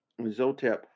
Zotep